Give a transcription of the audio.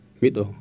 mito